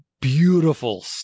beautiful